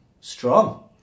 Strong